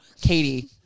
Katie